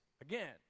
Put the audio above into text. again